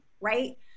right